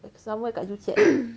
somewhere dekat joo chiat